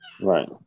Right